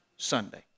Sunday